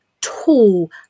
tall